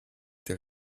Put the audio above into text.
été